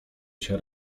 cię